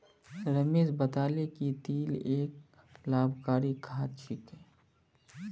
रमेश बताले कि तिल एक लाभदायक खाद्य छिके